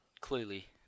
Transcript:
Clearly